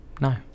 no